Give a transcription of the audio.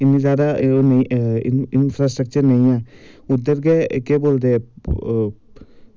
इन्ने जादा इंफ्रास्टैक्चर नेंई ऐ उध्दर गै केह् बोलदे ओ